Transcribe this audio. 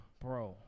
Bro